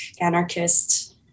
anarchist